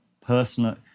personal